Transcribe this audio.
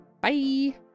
Bye